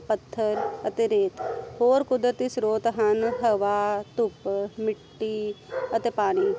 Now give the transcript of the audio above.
ਪੱਥਰ ਅਤੇ ਰੇਤ ਹੋਰ ਕੁਦਰਤੀ ਸਰੋਤ ਹਨ ਹਵਾ ਧੁੱਪ ਮਿੱਟੀ ਅਤੇ ਪਾਣੀ